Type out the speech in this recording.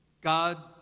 God